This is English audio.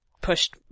pushed